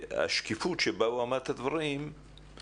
שהשקיפות שבה הוא אמר את הדברים הובילה